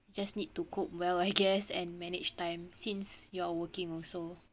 just need to cope well I guess and manage time since you're working also